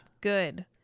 Good